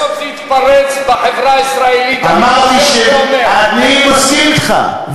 להתפרץ בחברה הישראלית אני מסכים אתך,